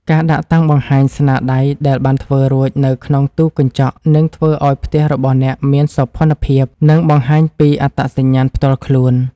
ការដាក់តាំងបង្ហាញស្នាដៃដែលបានធ្វើរួចនៅក្នុងទូកញ្ចក់នឹងធ្វើឱ្យផ្ទះរបស់អ្នកមានសោភ័ណភាព និងបង្ហាញពីអត្តសញ្ញាណផ្ទាល់ខ្លួន។